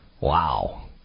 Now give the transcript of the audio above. Wow